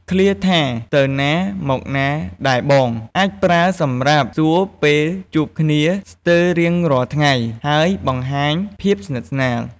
ឃ្លាថា "ទៅណាមកណាដែរបង?" អាចប្រើសម្រាប់សួរពេលជួបគ្នាស្ទើររៀងរាល់ថ្ងៃ ហើយបង្ហាញភាពស្និទ្ធស្នាល។។